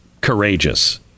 courageous